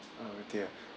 oh dear